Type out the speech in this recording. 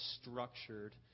structured